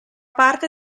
parte